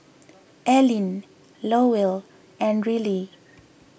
Alleen Lowell and Rillie